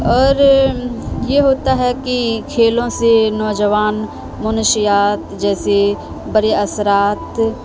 اور یہ ہوتا ہے کہ کھیلوں سے نوجوان منشیات جیسے برے اثرات